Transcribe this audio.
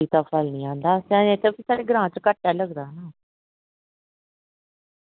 पपीता खल्ल दा आंदा पपीता साढ़े ग्रां घट्ट गै लगदा